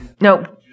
Nope